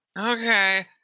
Okay